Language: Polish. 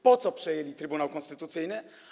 Po co przejęli Trybunał Konstytucyjny?